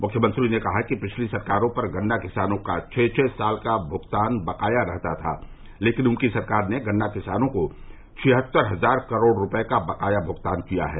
मुख्यमंत्री ने कहा कि पिछली सरकारों पर गन्ना किसानों का छह छह साल का भूगतान बकाया रहता था लेकिन उनकी सरकार ने गन्ना किसानों को छिहत्तर हजार करोड़ रूपये का बकाया भुगतान किया है